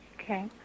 Okay